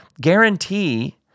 guarantee